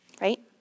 Right